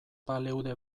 baleude